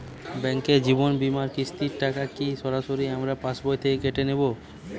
Bank জীবন বিমার কিস্তির টাকা কি সরাসরি আমার পাশ বই থেকে কেটে নিবে?